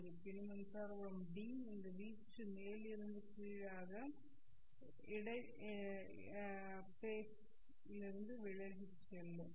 இருப்பினும் மின்சார புலம் D இந்த வீச்சு மேலிருந்து கீழாக இடை ஃபேஸ் லிருந்து விலகிச் செல்லும்